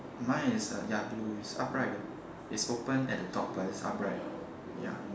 mine is uh ya blue it's upright it's open at the top but it's upright lah ya